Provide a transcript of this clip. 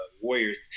Warriors